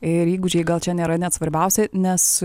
ir įgūdžiai gal čia nėra net svarbiausia nes